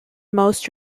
most